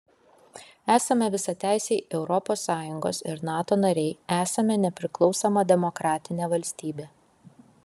esame visateisiai europos sąjungos ir nato nariai esame nepriklausoma demokratinė valstybė